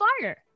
fire